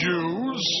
Jews